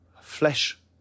flesh